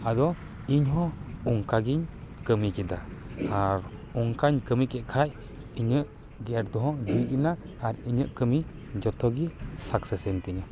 ᱟᱫᱚ ᱤᱧ ᱦᱚᱸ ᱚᱱᱠᱟ ᱜᱮᱧ ᱠᱟᱹᱢᱤ ᱠᱮᱫᱟ ᱟᱨ ᱚᱱᱠᱟᱹᱧ ᱠᱟᱹᱢᱤ ᱠᱮᱫ ᱠᱷᱟᱡ ᱤᱧᱟ ᱜ ᱜᱮᱴ ᱦᱚᱸ ᱡᱷᱤᱡ ᱮᱱᱟ ᱟᱨ ᱤᱧᱟ ᱜ ᱠᱟᱹᱢᱤ ᱡᱚᱛᱚ ᱜᱤ ᱥᱟᱠᱥᱮᱥ ᱮᱱᱛᱤᱧᱟ